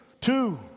two